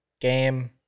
game